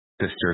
sister